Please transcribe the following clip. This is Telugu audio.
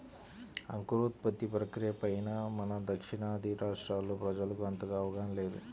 అంకురోత్పత్తి ప్రక్రియ పైన మన దక్షిణాది రాష్ట్రాల్లో ప్రజలకు అంతగా అవగాహన లేదు